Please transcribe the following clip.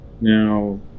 now